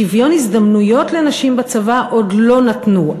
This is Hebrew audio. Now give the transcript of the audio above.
שוויון הזדמנויות לנשים בצבא עוד לא נתנו,